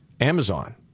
Amazon